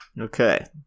Okay